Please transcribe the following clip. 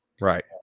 Right